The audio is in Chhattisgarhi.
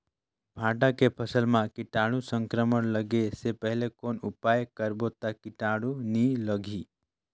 भांटा के फसल मां कीटाणु संक्रमण लगे से पहले कौन उपाय करबो ता कीटाणु नी लगही?